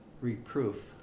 reproof